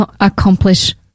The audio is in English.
accomplish